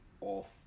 off